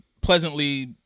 pleasantly